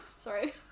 sorry